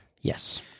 Yes